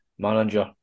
manager